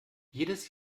jedes